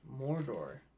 Mordor